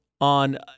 on